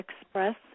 express